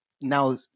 now